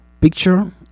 picture